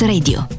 Radio